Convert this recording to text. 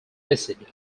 acid